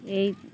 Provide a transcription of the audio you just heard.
এই